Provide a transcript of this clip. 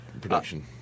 production